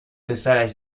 پسرش